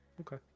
okay